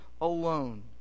alone